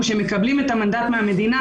שמקבלים את המנדט מהמדינה,